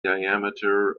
diameter